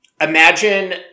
imagine